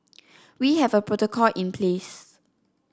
we have a protocol in place